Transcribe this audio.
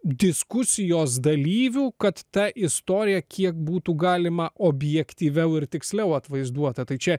diskusijos dalyvių kad ta istorija kiek būtų galima objektyviau ir tiksliau atvaizduota tai čia